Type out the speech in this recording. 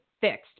fixed